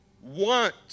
want